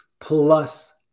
plus